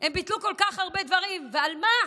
הם ביטלו כל כך הרבה דברים, ועל מה?